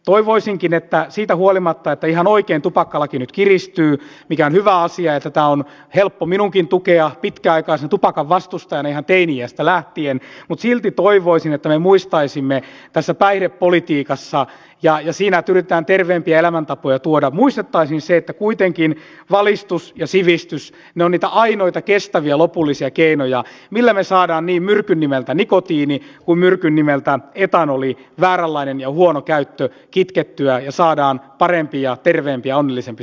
toivoisinkin että siitä huolimatta että ihan oikein tupakkalaki nyt kiristyy mikä on hyvä asia tätä on helppo minunkin tukea pitkäaikaisena tupakan vastustajana ihan teini iästä lähtien me muistaisimme tässä päihdepolitiikassa ja siinä että yritetään terveempiä elämäntapoja tuoda sen että kuitenkin valistus ja sivistys ovat niitä ainoita kestäviä lopullisia keinoja millä me saamme niin myrkyn nimeltä nikotiini kuin myrkyn nimeltä etanoli vääränlaisen ja huonon käytön kitkettyä ja saamme paremman ja terveemmän ja onnellisemman suomen